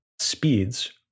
Speeds